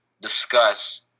discuss